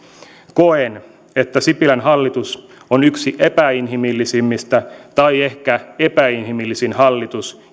koen että sipilän hallitus on yksi epäinhimillisimmistä tai ehkä epäinhimillisin hallitus